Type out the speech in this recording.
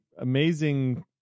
amazing